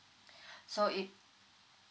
so if